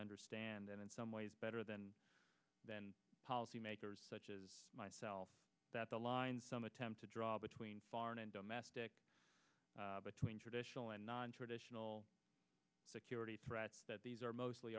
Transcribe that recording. understand and in some ways better than than policymakers such as myself that's aligned some attempt to draw between foreign and domestic between traditional and nontraditional security threats that these are mostly